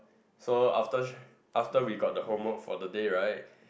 so after after we got the homework for the day right